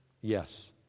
Yes